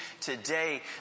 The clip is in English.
today